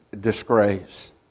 disgrace